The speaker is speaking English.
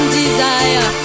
desire